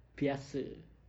biasa